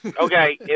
Okay